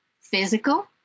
physical